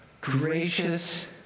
Gracious